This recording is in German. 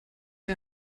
sie